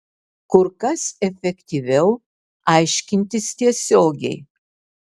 kur kas efektyviau aiškintis tiesiogiai